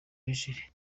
misiri